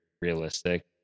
realistic